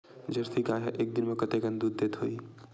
Jersey गाय ह एक दिन म कतेकन दूध देत होही?